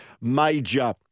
major